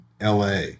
LA